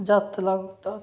जास्त लागू होतात